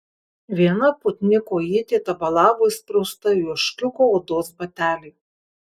viena putni kojytė tabalavo įsprausta į ožkiuko odos batelį